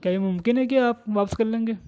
کیا یہ ممکن ہے کہ آپ واپس کر لیں گے